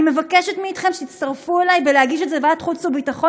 אני מבקשת מכם שתצטרפו אלי בהגשה של הנושא לוועדת החוץ והביטחון